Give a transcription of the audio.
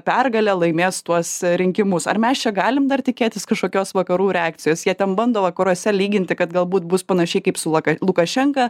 pergale laimės tuos rinkimus ar mes čia galim dar tikėtis kažkokios vakarų reakcijos jie ten bando vakaruose lyginti kad galbūt bus panašiai kaip su laka lukašenka